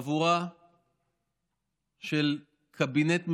חבורה של קבינט מסורס,